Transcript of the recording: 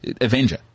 Avenger